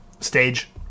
stage